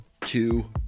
two